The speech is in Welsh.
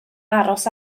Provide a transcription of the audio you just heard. aros